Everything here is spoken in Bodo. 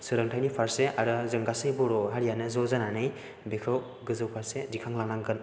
सोलोंथायनि फारसे आरो जों गासै बर' हारियानो ज' जानानै बेखौ गोजौ फारसे दिखांलांनांगोन